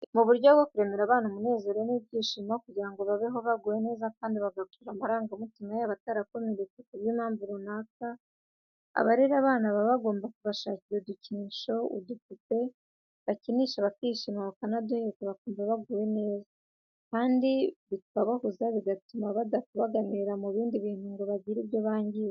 Mu buryo bwo kuremera abana umunezero n'ibyishimo kugira ngo babeho baguwe neza kandi bagakura amarangamutima yabo atarakomeretse ku bw'impamvu runaka, abarera abana baba bagomba kubashakira udukinisho, udupupe bakinisha bakishima bakanaduheka bakumva baguwe neza kandi bikabahuza bigatuma badakubaganira mu bindi bintu ngo bagire ibyo bangiza.